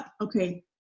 Okay